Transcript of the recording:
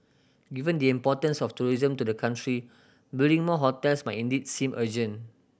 given the importance of tourism to the country building more hotels might indeed seem urgent